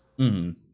-hmm